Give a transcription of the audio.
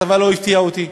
הכתבה לא הפתיעה אותי.